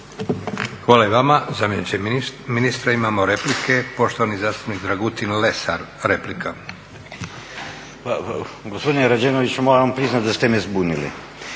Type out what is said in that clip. Hvala i vama zamjeniče ministra. Imamo replike. Poštovani zastupnik Dragutin Lesar, replika.